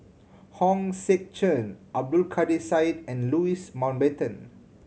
Hong Sek Chern Abdul Kadir Syed and Louis Mountbatten